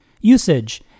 usage